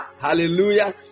Hallelujah